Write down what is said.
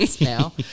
now